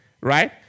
right